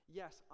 yes